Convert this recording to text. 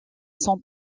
son